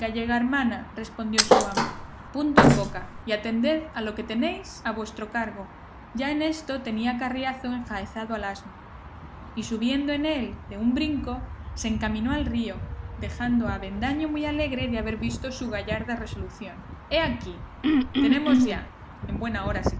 gallega hermana respondió su amo punto en boca y atended a lo que tenéis a vuestro cargo ya en esto tenía carriazo enjaezado el asno y subiendo en él de un brinco se encaminó al río dejando a avendaño muy alegre de haber visto su gallarda resolución he aquí tenemos ya en buena hora